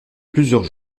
plusieurs